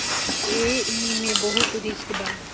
एईमे बहुते रिस्क बा